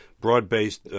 broad-based